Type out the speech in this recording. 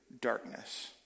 darkness